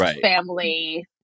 family